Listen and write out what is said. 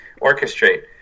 orchestrate